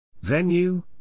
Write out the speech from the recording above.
Venue